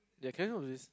ya can you not do this